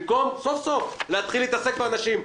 במקום סוף-סוף להתחיל להתעסק באנשים.